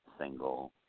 single